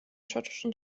schottischen